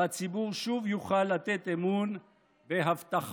והציבור שוב יוכל לתת אמון בהבטחותיהם.